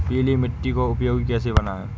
पीली मिट्टी को उपयोगी कैसे बनाएँ?